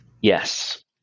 yes